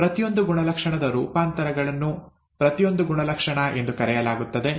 ಪ್ರತಿಯೊಂದು ಗುಣಲಕ್ಷಣದ ರೂಪಾಂತರಗಳನ್ನು ಪ್ರತಿಯೊಂದನ್ನು ಗುಣಲಕ್ಷಣ ಎಂದು ಕರೆಯಲಾಗುತ್ತದೆ